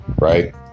Right